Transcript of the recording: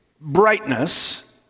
brightness